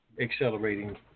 accelerating